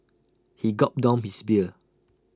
he gulped down his beer